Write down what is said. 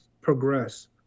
progress